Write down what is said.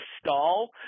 stall